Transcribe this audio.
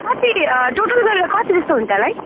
कति टोटल गरेर कति जस्तो हुन्छ होला है